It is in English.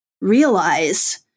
realize